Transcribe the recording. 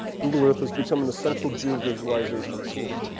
google earth has become an essential geovisualization tool.